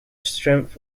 strength